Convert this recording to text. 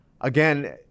again